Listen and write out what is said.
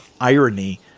irony